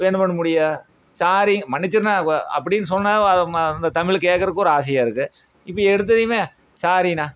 என்ன பண்ண முடியும் சாரி மன்னிச்சிருண்ணா அப்டின்னு சொன்னால் தமிழ் கேட்கறக்கு ஒரு ஆசையாக இருக்குது இப்போ எடுத்ததுமே சாரிண்ணா